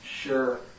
Sure